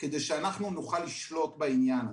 כדי שאנחנו נוכל לשלוט על העניין הזה.